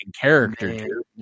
character